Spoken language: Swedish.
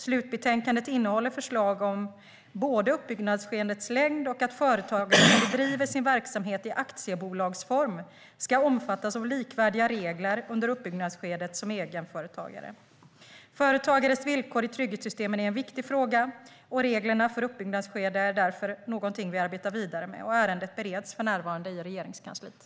Slutbetänkandet innehåller förslag om såväl uppbyggnadsskedets längd som att företagare som bedriver sin verksamhet i aktiebolagsform ska omfattas av likvärdiga regler under uppbyggnadsskedet som egenföretagare. Företagares villkor i trygghetssystemen är en viktig fråga och reglerna för uppbyggnadsskede är därför någonting vi arbetar vidare med, och ärendet bereds för närvarande i Regeringskansliet.